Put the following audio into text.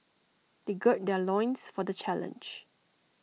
they gird their loins for the challenge